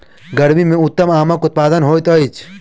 गर्मी मे उत्तम आमक उत्पादन होइत अछि